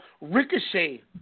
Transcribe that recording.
ricochet